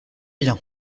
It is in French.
bien